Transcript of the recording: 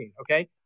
okay